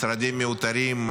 משרדים מיותרים.